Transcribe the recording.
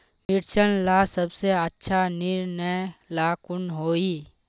मिर्चन ला सबसे अच्छा निर्णय ला कुन होई?